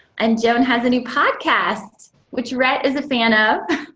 and joan has a new podcast, which rhett as a fan of.